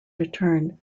return